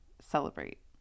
celebrate